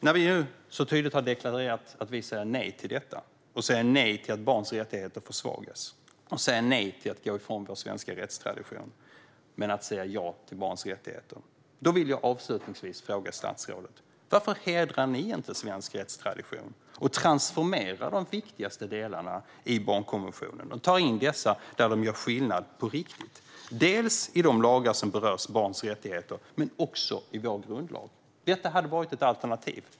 När vi nu så tydligt har deklarerat att vi säger nej till detta, nej till att barns rättigheter försvagas och nej till att gå ifrån vår svenska rättstradition men ja till barns rättigheter vill jag avslutningsvis fråga statsrådet varför ni inte hedrar svensk rättstradition genom att transformera de viktigaste delarna av barnkonventionen och ta in dessa där de gör skillnad på riktigt: i de lagar som berör barns rättigheter men också i vår grundlag. Detta hade varit ett alternativ.